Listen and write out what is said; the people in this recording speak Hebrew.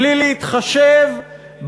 בלי להתחשב,